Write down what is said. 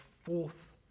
fourth